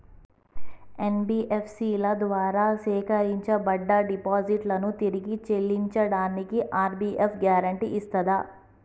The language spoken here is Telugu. ఎన్.బి.ఎఫ్.సి ల ద్వారా సేకరించబడ్డ డిపాజిట్లను తిరిగి చెల్లించడానికి ఆర్.బి.ఐ గ్యారెంటీ ఇస్తదా?